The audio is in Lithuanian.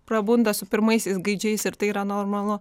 jau prabunda su pirmaisiais gaidžiais ir tai yra normalu